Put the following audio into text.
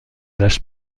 lâche